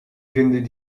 vinden